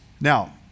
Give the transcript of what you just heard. Now